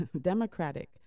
Democratic